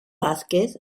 vázquez